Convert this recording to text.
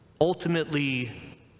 Ultimately